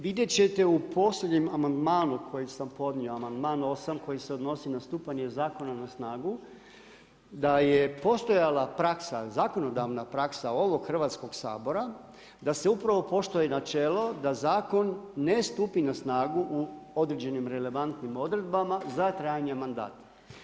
Vidjet ćete u posljednjem amandmanu koji sam podnio amandman 8. koji se odnosi na stupanje zakona na snagu, da je postojala praksa, zakonodavna praksa ovog Hrvatskog sabora da se upravo poštuje načelo da zakon ne stupi na snagu u određenim relevantnim odredbama za trajanja mandata.